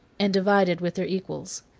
and divided with their equals.